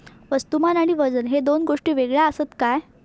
वस्तुमान आणि वजन हे दोन गोष्टी वेगळे आसत काय?